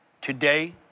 today